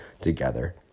together